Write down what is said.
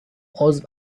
عضو